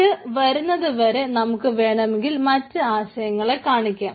ഇതു വരുന്നതുവരെ നമുക്ക് വേണമെങ്കിൽ മറ്റു ആശയങ്ങളെ കാണിക്കാം